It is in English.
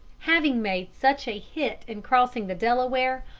having made such a hit in crossing the delaware,